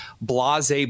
blase